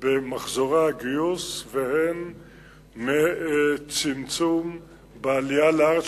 במחזורי הגיוס והן מצמצום בעלייה לארץ,